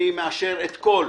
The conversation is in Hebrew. אני מאשר את הכול.